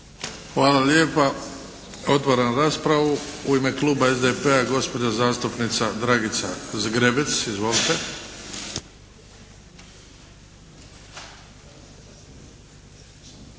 Hvala lijepa. Otvaram raspravu. U ime kluba SDP-a gospođa zastupnica Dragica Zgrebec. Izvolite!